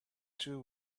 two